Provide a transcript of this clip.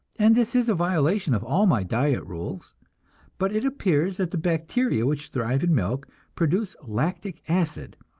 and this is a violation of all my diet rules but it appears that the bacteria which thrive in milk produce lactic acid,